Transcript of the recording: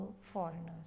foreigners